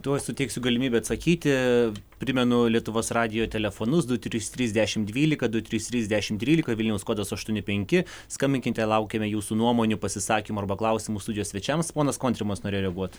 tuoj suteiksiu galimybę atsakyti primenu lietuvos radijo telefonus du trys trys dešim dvylika du trys trys dešim trylika vilniaus kodas aštuoni penki skambinkite laukiame jūsų nuomonių pasisakymų arba klausimų studijos svečiams ponas kontrimas norėjo reaguot